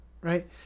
right